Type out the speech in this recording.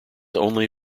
only